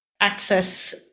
access